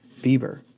Bieber